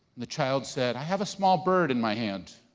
the child said, i have a small bird in my hand.